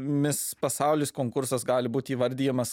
mis pasaulis konkursas gali būti įvardijamas